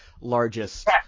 largest